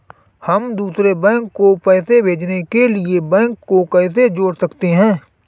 हम दूसरे बैंक को पैसे भेजने के लिए बैंक को कैसे जोड़ सकते हैं?